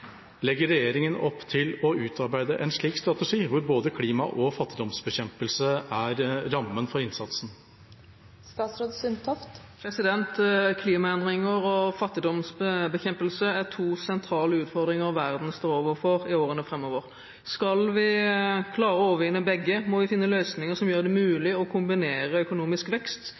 Legger regjeringa opp til å utarbeide en slik strategi, hvor både klima og fattigdomsbekjempelse er rammen for innsatsen?» Klimaendringer og fattigdomsbekjempelse er to sentrale utfordringer verden står overfor i årene framover. Skal vi klare å overvinne begge, må vi finne løsninger som gjør det